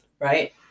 right